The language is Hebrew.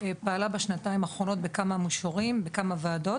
פעלה בשנתיים האחרונות בכמה מישורים, בכמה ועדות.